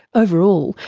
overall,